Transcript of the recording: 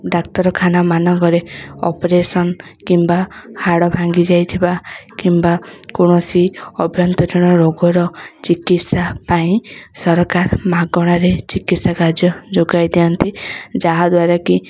ଡାକ୍ତରଖାନା ମାନଙ୍କରେ ଅପେରସନ୍ କିମ୍ବା ହାଡ଼ ଭାଙ୍ଗିଯାଇଥିବା କିମ୍ବା କୌଣସି ଅଜାଣତ ରୋଗର ଚିକିତ୍ସା ପାଇଁ ସରକାର ମାଗଣାରେ ଚିକିତ୍ସା ସାହାଯ୍ୟ ଯୋଗାଇ ଦିଅନ୍ତି ଯାହାଦ୍ୱାରାକି